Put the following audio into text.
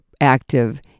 active